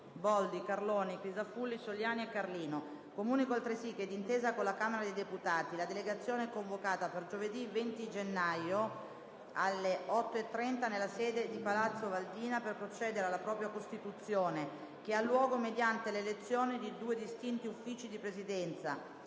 link apre una nuova finestra"). Comunico altresì che, d'intesa con la Camera dei deputati, la delegazione è convocata per giovedì 20 gennaio, alle ore 8,30, nella sede di Palazzo Valdina, per procedere alla propria costituzione, che ha luogo mediante 1'elezione di due distinti Uffici di Presidenza,